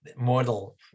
model